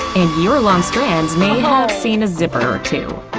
and your long strands may have seen a zipper or two,